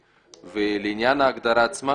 לעניין ההגדרה עצמה